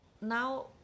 now